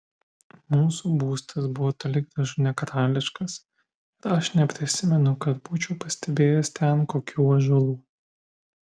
mūsų būstas buvo toli gražu ne karališkas ir aš neprisimenu kad būčiau pastebėjęs ten kokių ąžuolų